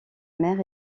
mère